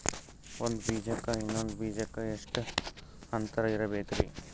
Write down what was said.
ಒಂದ್ ಬೀಜಕ್ಕ ಇನ್ನೊಂದು ಬೀಜಕ್ಕ ಎಷ್ಟ್ ಅಂತರ ಇರಬೇಕ್ರಿ?